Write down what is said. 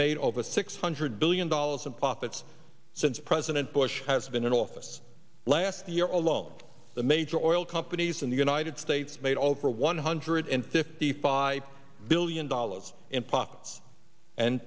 made over six hundred billion dollars in profits since president bush has been in office last year alone the major oil companies in the united states made over one hundred and fifty five billion dollars in